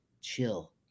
chill